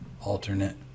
alternate